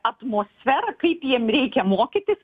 atmosfera kaip jiem reikia mokytis